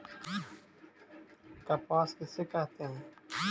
कपास किसे कहते हैं?